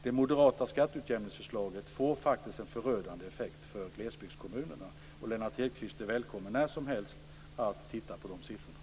Det moderata skatteutjämningsförslaget skulle få en förödande effekt för glesbygdskommunerna. Lennart Hedquist är välkommen att när som helst titta på de siffrorna.